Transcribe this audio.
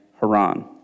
Haran